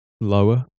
lower